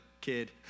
kid